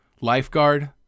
Lifeguard